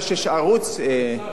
קוראים לערוץ הזה,